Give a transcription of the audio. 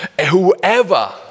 whoever